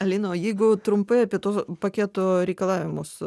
alina o jeigu trumpai apie to paketo reikalavimus